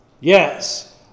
Yes